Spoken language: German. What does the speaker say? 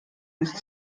nicht